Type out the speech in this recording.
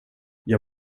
jag